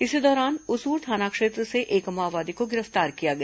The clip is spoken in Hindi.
इसी दौरान उसूर थाना क्षेत्र से एक माओवादी को गिरफ्तार किया गया